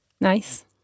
Nice